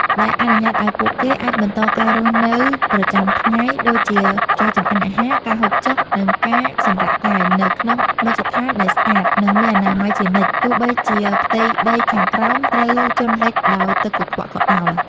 ដែលអនុញ្ញាតឱ្យពួកគេអាចបន្តការរស់នៅប្រចាំថ្ងៃ ដូចជាការចម្អិនអាហារ ការហូបចុក និងការសម្រាកកាយ នៅក្នុងមជ្ឈដ្ឋានដែលស្អាត និងមានអនាម័យជានិច្ច ទោះបីជាផ្ទៃដីខាងក្រោមត្រូវជន់លិចដោយទឹកកខ្វក់ក៏ដោយ។